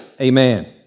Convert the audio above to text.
amen